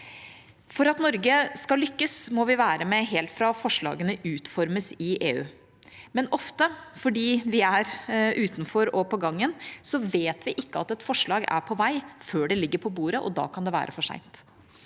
For at Norge skal lykkes, må vi være med helt fra forslagene utformes i EU, men ofte, fordi vi er utenfor og på gangen, vet vi ikke at et forslag er på vei før det ligger på bordet, og da kan det være for sent.